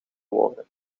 woorden